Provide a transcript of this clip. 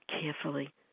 carefully